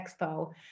Expo